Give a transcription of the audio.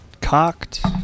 Cocked